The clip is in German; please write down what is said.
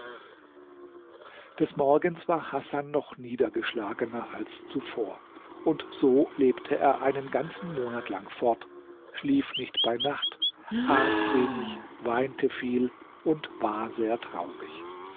des morgens war hasan noch niedergeschlagener als zuvor und so lebte er einen ganzen monat lang fort schlief nicht bei nacht aß wenig weinte viel und war sehr traurig